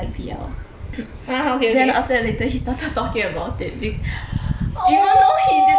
then after that later he started talking about it be~ even though he dislikes it